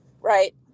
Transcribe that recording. right